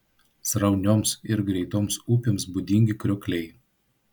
sraunioms ir greitoms upėms būdingi kriokliai